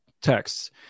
texts